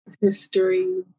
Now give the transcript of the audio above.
History